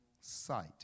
sight